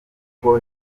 uko